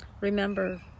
Remember